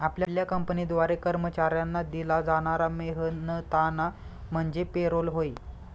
आपल्या कंपनीद्वारे कर्मचाऱ्यांना दिला जाणारा मेहनताना म्हणजे पे रोल होय